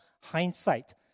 hindsight